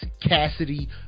Cassidy